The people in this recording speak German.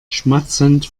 schmatzend